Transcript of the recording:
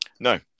No